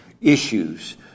issues